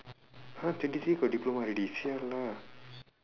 !huh! twenty three got diploma already !siala!